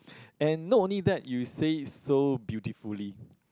and not only that you say it so beautifully